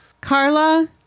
Carla